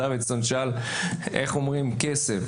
אומרים כסף.